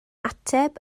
ateb